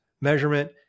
measurement